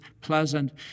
pleasant